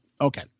okay